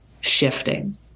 shifting